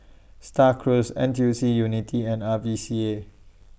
STAR Cruise N T U C Unity and R V C A